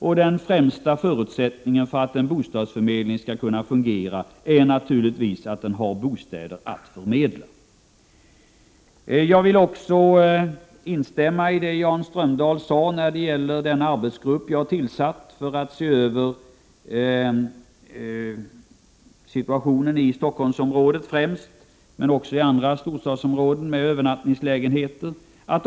Och den främsta förutsättningen för att en bostadsförmedling skall kunna fungera är naturligtvis att den har bostäder att förmedla. Jag vill även instämma i det som Jan Strömdahl sade om den arbetsgrupp som jag har tillsatt för att se över bostadssituationen främst i Stockholmsområdet men även i andra storstadsområden där det finns övernattningslä genheter.